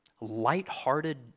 lighthearted